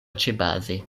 ĉebaze